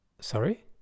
Sorry